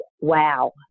wow